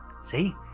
See